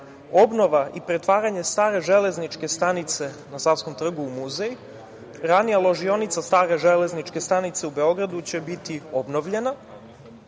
obnova i pretvaranje stare Železničke stanice na Savskom Trgu u muzej. Ranija ložionica stare železničke stanice u Beogradu će biti obnovljena.